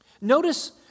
Notice